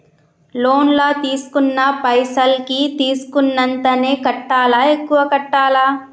Loan లా తీస్కున్న పైసల్ కి తీస్కున్నంతనే కట్టాలా? ఎక్కువ కట్టాలా?